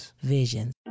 Visions